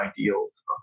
ideals